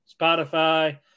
Spotify